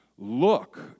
Look